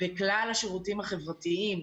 ריקים בכלל השירותים החברתיים,